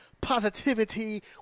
positivity